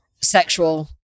sexual